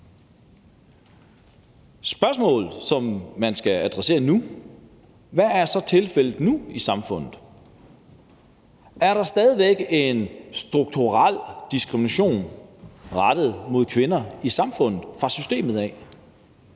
Spørgsmål, som man skal adressere nu, er: Hvad er så tilfældet nu i samfundet? Er der stadig væk en strukturel diskrimination rettet mod kvinder i samfundet fra systemet?